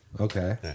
Okay